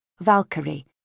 Valkyrie